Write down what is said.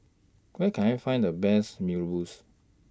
Where Can I Find The Best Mee Rebus